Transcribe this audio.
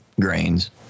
grains